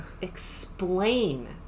explain